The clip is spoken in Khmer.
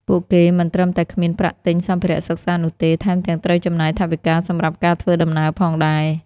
ពួកគេមិនត្រឹមតែគ្មានប្រាក់ទិញសម្ភារៈសិក្សានោះទេ ថែមទាំងត្រូវចំណាយថវិកាសម្រាប់ការធ្វើដំណើរផងដែរ។